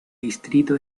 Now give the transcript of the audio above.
distrito